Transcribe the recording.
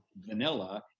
vanilla